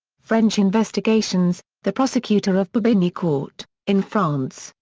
french investigations the prosecutor of bobigny court, in france,